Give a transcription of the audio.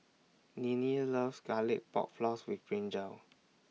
Ninnie loves Garlic Pork Floss with Brinjal